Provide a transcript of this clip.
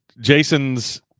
jason's